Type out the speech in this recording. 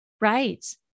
Right